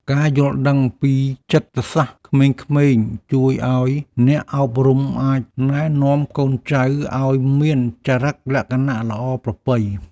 ការយល់ដឹងពីចិត្តសាស្ត្រក្មេង ជួយឱ្យអ្នកអប់រំអាចណែនាំកូនចៅឱ្យមានចរិតលក្ខណៈល្អប្រពៃ។